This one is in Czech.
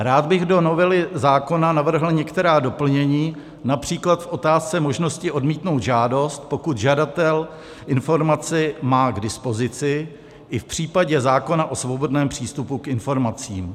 Rád bych do novely zákona navrhl některá doplnění, například v otázce možnosti odmítnout žádost, pokud žadatel informaci má k dispozici, i v případě zákona o svobodném přístupu k informacím.